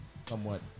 somewhat